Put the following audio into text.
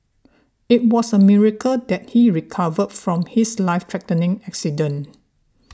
it was a miracle that he recovered from his life threatening accident